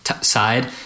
side